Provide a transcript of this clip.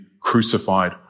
crucified